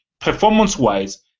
performance-wise